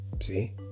See